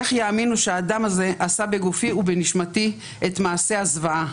איך יאמינו שהאדם הזה עשה בגופי ובנשמתי את מעשה הזוועה?